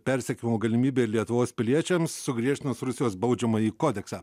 persekiojimo galimybė lietuvos piliečiams sugriežtinus rusijos baudžiamąjį kodeksą